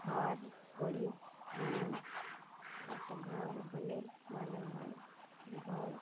ঘর গরিব মানুষ একটা ঘর হলে ভালো হয় ঘর